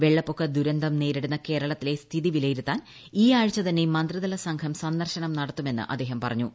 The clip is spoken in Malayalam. വെള്ളപ്പൊക്ക ദുരന്തം നേരിടുന്ന കേരളത്തിലെ സ്ഥിതി വിലയിരുത്താൻ ഈ ആഴ്ച തന്നെ മന്ത്രിത്ലി സംഘം സന്ദർശനം നടത്തുമെന്ന് അദ്ദേഹം പറഞ്ഞു